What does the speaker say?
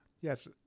Yes